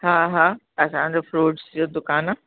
हा हा असांजो फ़्रूट्स जो दुकान आहे